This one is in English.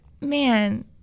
man